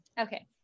Okay